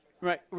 right